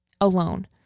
alone